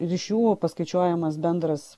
ir iš jų paskaičiuojamas bendras